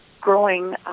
growing